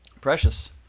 Precious